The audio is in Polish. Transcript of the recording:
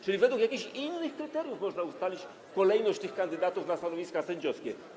Czyli według jakichś innych kryteriów można ustalić kolejność tych kandydatów na stanowiska sędziowskie?